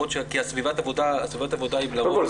כי סביבת העבודה היא --- קודם כל,